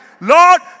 Lord